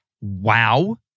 WOW